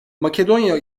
makedonya